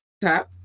Tap